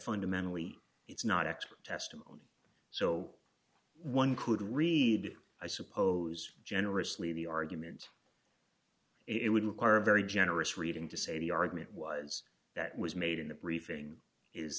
fundamentally it's not expert testimony so one could read i suppose generously the argument it would require a very generous reading to say the argument was that was made in the briefing is